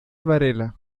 varela